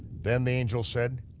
then the angel said,